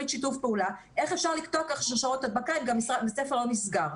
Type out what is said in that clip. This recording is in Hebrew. שיתוף פעולה איך אפשר לקטוע כך שרשראות הדבקה אם גם בית ספר לא נסגר?